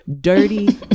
dirty